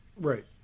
right